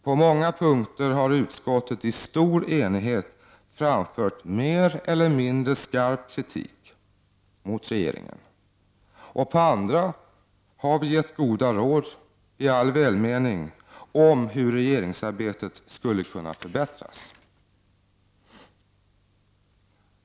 På många punkter har utskottet i stor enighet framfört mer eller mindre skarp kritik mot regeringen, och på andra har vi i all välmening gett goda råd om hur regeringsarbetet skulle kunna förbättras.